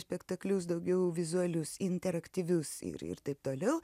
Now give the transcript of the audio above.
spektaklius daugiau vizualius interaktyvius ir ir taip toliau